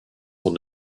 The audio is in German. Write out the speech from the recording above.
von